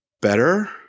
better